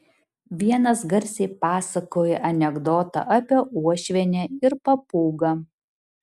vienas garsiai pasakojo anekdotą apie uošvienę ir papūgą